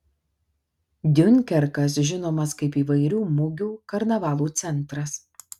diunkerkas žinomas kaip įvairių mugių karnavalų centras